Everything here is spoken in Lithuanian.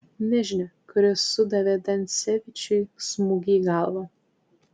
nežinia kuris sudavė dansevičiui smūgį į galvą